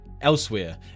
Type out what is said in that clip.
Elsewhere